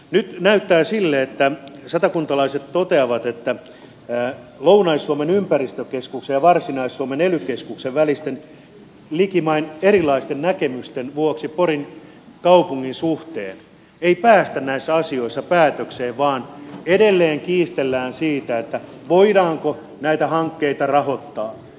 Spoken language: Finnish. nyt näyttää siltä että satakuntalaiset toteavat että lounais suomen ympäristökeskuksen ja varsinais suomen ely keskuksen välisten likimain erilaisten näkemysten vuoksi porin kaupungin suhteen ei päästä näissä asioissa päätökseen vaan edelleen kiistellään siitä voidaanko näitä hankkeita rahoittaa